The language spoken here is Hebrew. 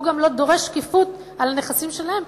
וגם הוא לא דורש שקיפות של הנכסים שלהם,